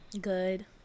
Good